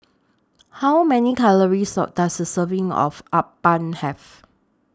How Many Calories Does A Serving of Uthapam Have